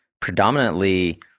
predominantly